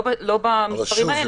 לא במספרים האלה.